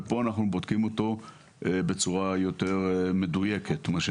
ופה אנחנו בודקים אותו בצורה מדויקת יותר.